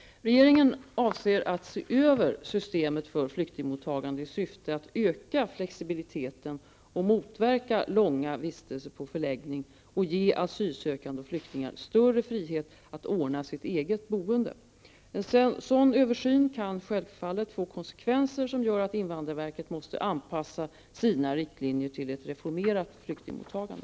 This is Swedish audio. Regeringen avser att se över systemet för flyktingmottagande i syfte att öka flexibiliteten, motverka långa vistelser på förläggning samt ge asylsökande och flyktingar större frihet att ordna sitt eget boende. En sådan översyn kan självfallet få konsekvenser som gör att invandrarverket måste anpassa sina riktlinjer till ett reformerat flyktingmottagande.